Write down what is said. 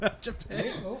Japan